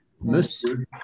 Monsieur